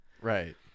Right